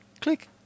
click